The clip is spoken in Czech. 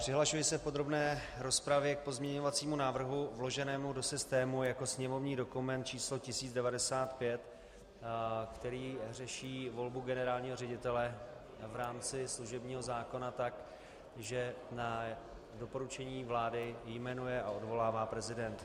Přihlašuji se v podrobné rozpravě k pozměňovacímu návrhu vloženému do systému jako sněmovní dokument číslo 1095, který řeší volbu generálního ředitele v rámci služebního zákona tak, že na doporučení vlády jmenuje a odvolává prezident.